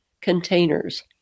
containers